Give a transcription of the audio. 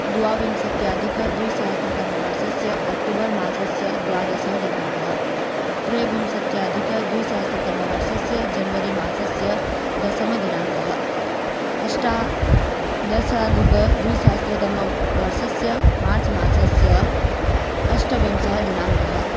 द्वाविंशत्यधिकद्विसहस्रतमवर्षस्य ओक्टोबर्मासस्य द्वादशदिनाङ्कः त्रेविंशत्यधिकद्विसहस्रतमवर्षस्य जन्वरिमासस्य दशमदिनाङ्कः अष्टदशाधिकद्विसहस्रतमवर्षस्य मार्च्मासस्य अष्टाविंशः दिनाङ्कः